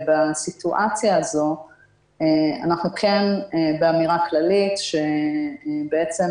בסיטואציה הזו אנחנו כן באמירה כללית שאפשר